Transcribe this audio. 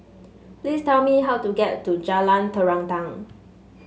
please tell me how to get to Jalan Terentang